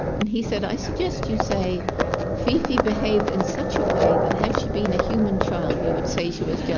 and he said, i suggest you say fifi behaved in such a way that had she been a human child we would say she was yeah